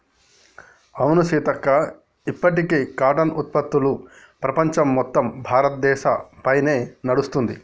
అవును సీతక్క ఇప్పటికీ కాటన్ ఉత్పత్తులు ప్రపంచం మొత్తం భారతదేశ పైనే నడుస్తుంది